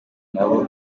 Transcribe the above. nabo